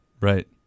Right